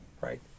right